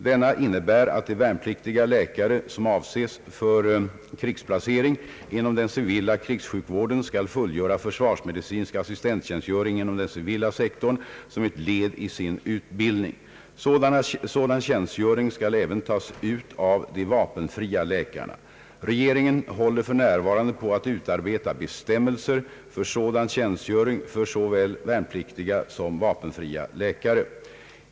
Denna innebär att de värnpliktiga läkare som avses för krigsplacering inom den civila krigssjukvården skall fullgöra försvarsmedicinsk assistenttjänstgöring inom den civila sektorn som ett led i sin utbildning. Sådan tjänstgöring skall även tas ut av de vapenfria läkarna. Regeringen håller f. n. på att utarbeta bestämmelser för sådan tjänstgöring för såväl värnpliktiga som vapenfria läkare.